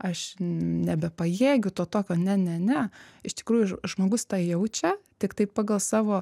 aš nebepajėgiu to tokio ne ne ne iš tikrųjų žmogus tą jaučia tiktai pagal savo